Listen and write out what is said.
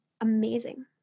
amazing